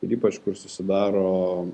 ir ypač kur susidaro